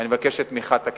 ואני מבקש את תמיכת הכנסת.